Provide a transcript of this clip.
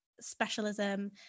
specialism